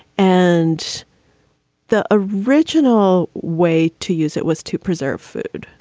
and the original way to use it was to preserve food.